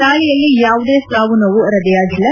ದಾಳಿಯಲ್ಲಿ ಯಾವುದೇ ಸಾವು ನೋವು ವರದಿಯಾಗಿಲ್ಲ